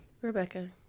Rebecca